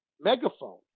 megaphone